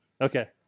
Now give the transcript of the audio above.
Okay